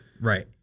Right